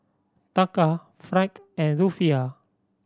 Taka franc and Rufiyaa